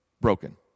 broken